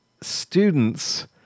students